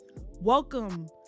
welcome